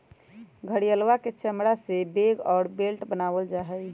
घड़ियलवा के चमड़ा से बैग और बेल्ट बनावल जाहई